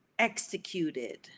executed